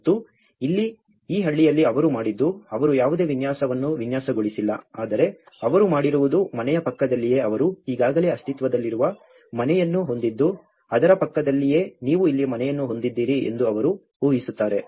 ಮತ್ತು ಇಲ್ಲಿ ಈ ಹಳ್ಳಿಯಲ್ಲಿ ಅವರು ಮಾಡಿದ್ದು ಅವರು ಯಾವುದೇ ವಿನ್ಯಾಸವನ್ನು ವಿನ್ಯಾಸಗೊಳಿಸಿಲ್ಲ ಆದರೆ ಅವರು ಮಾಡಿರುವುದು ಮನೆಯ ಪಕ್ಕದಲ್ಲಿಯೇ ಅವರು ಈಗಾಗಲೇ ಅಸ್ತಿತ್ವದಲ್ಲಿರುವ ಮನೆಯನ್ನು ಹೊಂದಿದ್ದು ಅದರ ಪಕ್ಕದಲ್ಲಿಯೇ ನೀವು ಇಲ್ಲಿ ಮನೆಯನ್ನು ಹೊಂದಿದ್ದೀರಿ ಎಂದು ಅವರು ಊಹಿಸುತ್ತಾರೆ